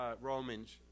Romans